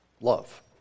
love